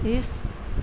اس